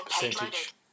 percentage